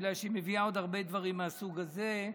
בגלל שהיא מביאה עוד הרבה דברים מהסוג הזה.